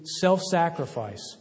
self-sacrifice